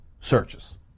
searches